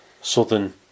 southern